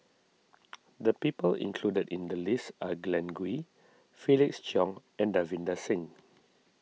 the people included in the list are Glen Goei Felix Cheong and Davinder Singh